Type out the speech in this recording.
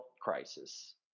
crisis